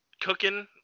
cooking